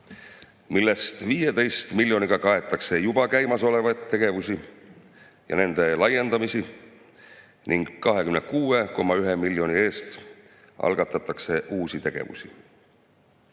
millest 15 miljoniga kaetakse juba käimasolevaid tegevusi ja nende laiendamisi ning 26,1 miljoni eest algatatakse uusi tegevusi.